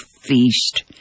Feast